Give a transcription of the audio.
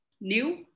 New